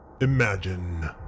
Imagine